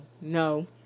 No